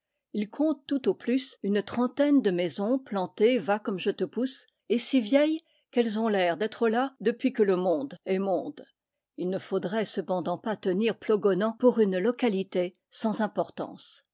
il compte tout au plus une trentaine de maisons plantées va comme je te pousse et si vieilles qu'elles ont l'air d'être là depuis que le monde est monde il ne faudrait cependant pas tenir plogonan pour une localité sans importance